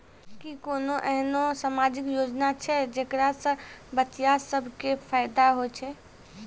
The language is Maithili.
कि कोनो एहनो समाजिक योजना छै जेकरा से बचिया सभ के फायदा होय छै?